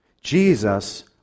Jesus